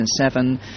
2007